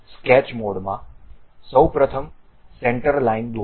sketch મોડમાં સૌ પ્રથમ સેન્ટર લાઈન દોરો